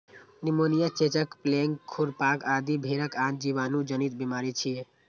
pneumonia, चेचक, plague, खुरपका आदि भेड़क आन जीवाणु जनित बीमारी छियै